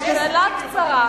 שאלה קצרה.